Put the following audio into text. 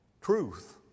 truth